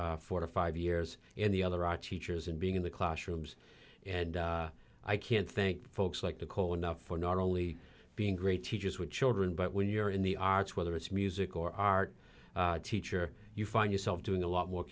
four to five years in the other achi years and being in the classrooms and i can't think folks like to call enough for not only being great teachers with children but when you're in the arts whether it's music or art teacher you find yourself doing a lot more